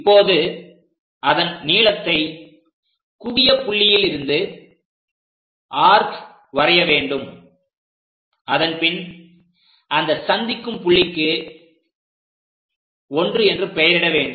இப்போது இதன் நீளத்தை குவிய புள்ளியிலிருந்து ஆர்க் வரைய வேண்டும் அதன்பின் அந்த சந்திக்கும் புள்ளிக்கு 1 என்று பெயரிட வேண்டும்